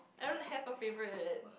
I don't have a favorite